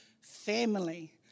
family